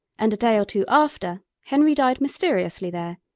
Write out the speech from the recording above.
and a day or two after henry died mysteriously there,